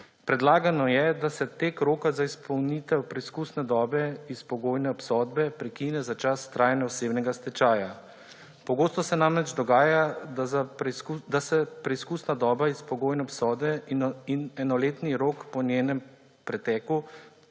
Predlagano je, da se tek roka za izpolnitev preizkusne dobe iz pogojne obsodbe prekine za čas trajanja osebnega stečaja. Pogosto se namreč dogaja, da preizkusna doba iz pogojne obsodbe in enoletni rok po njenem preteku